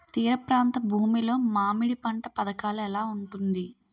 తీర ప్రాంత భూమి లో మామిడి పంట పథకాల ఎలా ఉంటుంది?